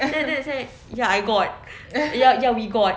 and then they said ya I got ya ya we got